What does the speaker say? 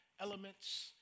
elements